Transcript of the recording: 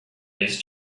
his